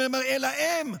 אלא הם,